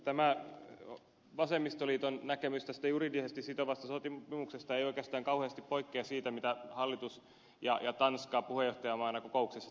tämä vasemmistoliiton näkemys tästä juridisesti sitovasta sopimuksesta ei oikeastaan kauheasti poikkea siitä mitä hallitus ja tanska puheenjohtajamaana kokouksessa tavoittelevat